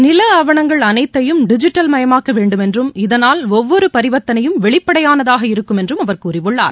நில ஆவணங்கள் அனைத்தையும் டிஜிட்டல் மயமாக்க வேண்டும் என்றும் இதனால் ஒவ்வொரு பரிவர்த்தனையும் வெளிப்படையானதாக இருக்கும் என்றும் அவர் கூறியுள்ளார்